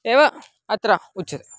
एव अत्र उच्यते